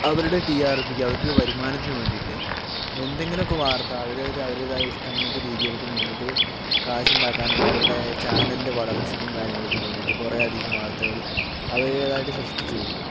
അവരുടെ ടി ആർ പിക്ക് അവരുടെ വരുമാനത്തിന് വേണ്ടിയിട്ട് എന്തെങ്കിലുമൊക്കെ വാർത്ത അവരുടെ അവരുടേതായ ഇഷ്ടങ്ങൾക്കും രീതികൾക്കും വേണ്ടിയിട്ട് കാശുണ്ടാക്കാനും അവരുടെ ചാനലിൻ്റെ വളർച്ചയ്ക്കും കാര്യങ്ങൾക്കും വേണ്ടിയിട്ട് കുറേ അധികം വാർത്തകൾ അവരുടേതായിട്ട് സൃഷ്ടിച്ച് വിടുകയാണ്